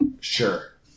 Sure